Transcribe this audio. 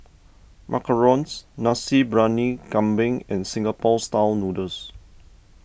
Macarons Nasi Briyani Kambing and Singapore Style Noodles